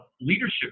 leadership